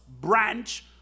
branch